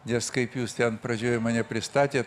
nes kaip jūs ten pradžioje mane pristatė